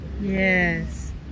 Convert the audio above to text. Yes